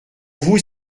vous